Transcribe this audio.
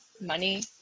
money